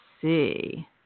see